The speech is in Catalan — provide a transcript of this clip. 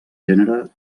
gènere